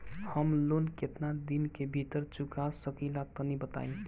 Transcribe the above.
हम लोन केतना दिन के भीतर चुका सकिला तनि बताईं?